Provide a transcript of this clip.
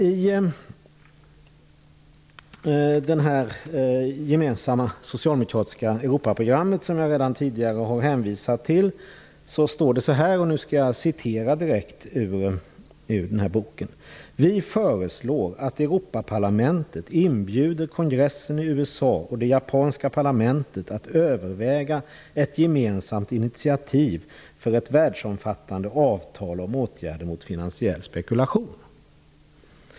I det gemensamma socialdemokratiska Europaprogrammet, som jag redan tidigare har hänvisat till, står det så här: "Vi föreslår att Europaparlamentet inbjuder kongressen i USA och det japanska parlamentet att överväga ett gemensamt initiativ för ett världsomfattande avtal om åtgärder mot finansiell spekulation."